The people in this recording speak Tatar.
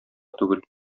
түгел